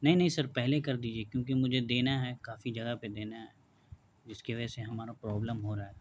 نہیں نہیں سر پہلے کر دیجیے کیونکہ مجھے دینا ہے کافی جگہ پہ دینا ہے جس کی وجہ سے ہمارا پرابلم ہو رہا ہے